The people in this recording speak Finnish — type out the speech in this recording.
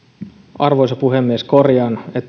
arvoisa puhemies korjaan